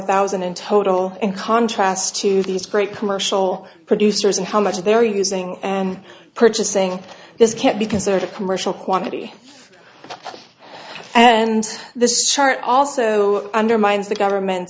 thousand in total in contrast to these great commercial producers and how much they are using and purchasing this can't because there is a commercial quantity and this chart also undermines the government